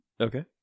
Okay